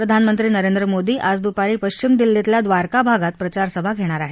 प्रधानमंत्री नरेंद्र मोदी आज दुपारी पश्चिम दिल्लीतल्या द्वारका भागात प्रचारसभा घेणार आहेत